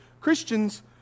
Christians